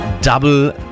double